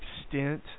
extent